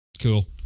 Cool